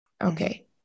Okay